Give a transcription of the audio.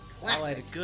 Classic